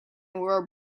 wore